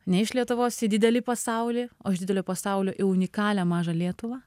ne iš lietuvos į didelį pasaulį o iš didelio pasaulio į unikalią mažą lietuvą